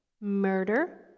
murder